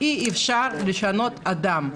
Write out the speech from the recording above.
אי אפשר לשנות אדם,